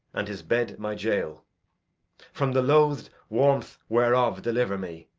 and his bed my jail from the loathed warmth whereof deliver me,